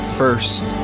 first